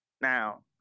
Now